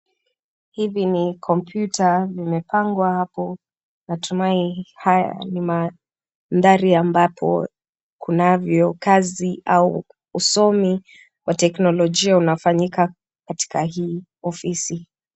Hivi ni kompyuta vimepangwa hapo, natumai haya ni mandhari ambapo kunavyo kazi au usomi wa teknolojia unafanyika katika hii ofisi.